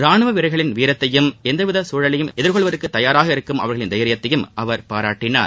ரானுவ வீரர்களின் வீரத்தையும் எவ்வித சூழலையும் சமாளிப்பதற்குத் தயாராக இருக்கும் அவர்களின் தைரியத்தையும் அவர் பாராட்டினார்